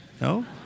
no